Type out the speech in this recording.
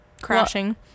Crashing